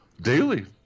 daily